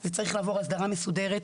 זה צריך לעבור הסדרה מסודרת,